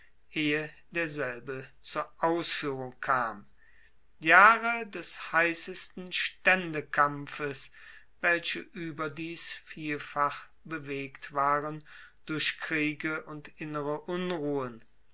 ehe derselbe zur ausfuehrung kam jahre des heissesten staendekampfes welche ueberdies vielfach bewegt waren durch kriege und innere unruhen